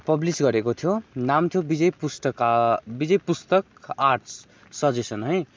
publish गरेको थियो नाम थियो विजय पुस्तका विजय पुस्तक आर्ट्स सजेसन है